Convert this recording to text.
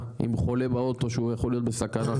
עם חולה באוטו שהוא יכול להיות בסכנה.